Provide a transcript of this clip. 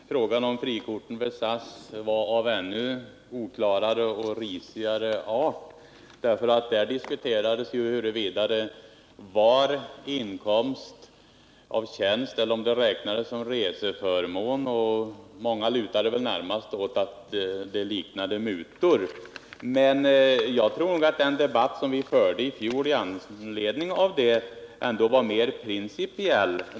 Herr talman! Det är möjligt att frågan om frikorten vid SAS var av ännu oklarare och risigare art, därför att då diskuterades ju huruvida det var inkomst av tjänst eller om det räknades som reseförmån — många lutade väl närmast åt att det liknade mutor. Men jag tror att den debatt som vi förde i fjol om SAS-korten ändå var mera principiell.